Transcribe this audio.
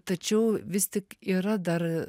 tačiau vis tik yra dar